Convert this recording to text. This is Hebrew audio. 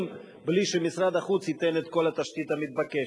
בלי שמשרד החוץ ייתן את כל התשתית המתבקשת.